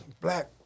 black